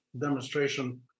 demonstration